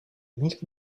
make